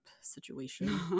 situation